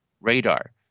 Radar